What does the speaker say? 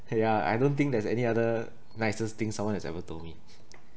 yeah I don't think there's any other nicest thing someone has ever told me